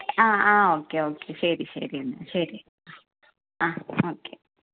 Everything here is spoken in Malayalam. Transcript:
അ ആ ഓക്കെ ഓക്കെ ശരി ശരി എന്നാൽ ശരി ആ ഓക്കെ